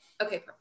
Okay